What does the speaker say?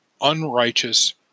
unrighteous